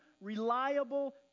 reliable